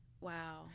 wow